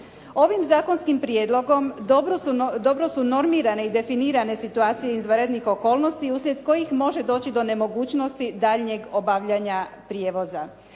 Ovim zakonskim prijedlogom dobro su normirane i definirane situacije izvanrednih okolnosti uslijed kojih može doći do nemogućnosti daljnjeg obavljanja prijevoza.